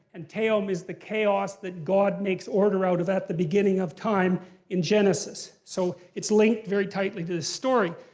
and tehom is the chaos that god makes order out of at the beginning of time in genesis. so it's linked very tightly to this story.